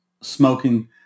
smoking